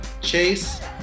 chase